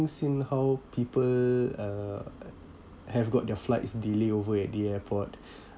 seen how people uh have got their flights delay over at the airport